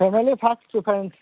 family first preference